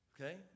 Okay